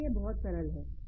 इसलिए यह बहुत सरल है